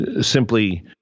simply